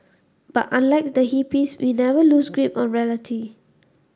but unlike the hippies we never lose grip on reality